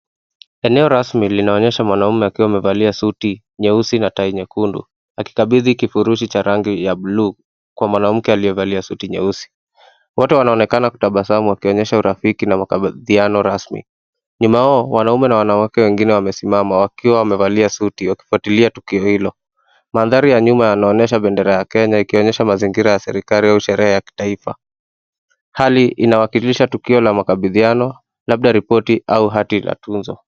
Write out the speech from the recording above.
Eneo rasmi linaonyesha mwanaume akiwa amevalia suti nyeusi na tai nyekundu, akikabidhi kifurushi cha rangi ya bluu kwa mwanamke aliyevaa suti nyeusi. Wote wanaonekana kutabasamu wakionyesha urafiki na makabidhiano rasmi. Nyuma yao, wanaume na wanawake wengine wamesimama wakiwa wamevalia suti, wakifuatilia tukio hilo. Mandhari ya nyuma inaonyesha bendera ya Kenya, ikionyesha mazingira ya serikali au sherehe ya kitaifa. Hali inawakilisha tukio la makabidhiano, labda ripoti au hati ya tuzo.